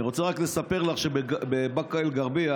אני רוצה רק לספר לך שבבאקה אל-גרבייה,